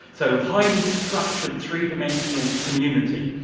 so a highly structured, three dimensional community.